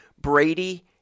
Brady